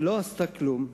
לא עשתה כלום,